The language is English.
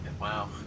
Wow